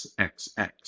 xxx